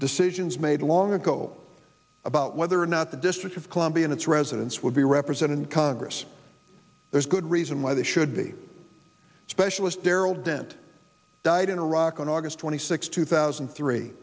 decisions made long ago about whether or not the district of columbia and its residents will be represented in congress there's good reason why this should be specialist darrell dent died in iraq on august twenty sixth two thousand and three